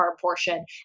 portion